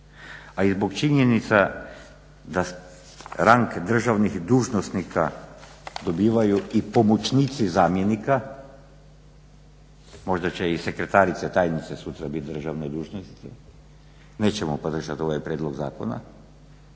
a i zbog činjenica da rang državnih dužnosnika dobivaju i pomoćnici zamjenika možda će i sekretarice, tajnice sutra biti državni dužnosnici. Nećemo podržati ovaj prijedlog zakona